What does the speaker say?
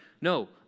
no